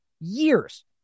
Years